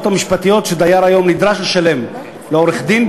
המשפטיות שדייר נדרש היום לשלם לעורך-דין,